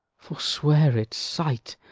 forswear it, sight!